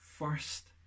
first